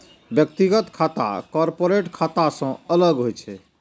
व्यक्तिगत खाता कॉरपोरेट खाता सं अलग होइ छै